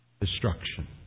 destruction